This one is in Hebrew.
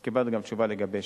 אז קיבלת תשובה לגבי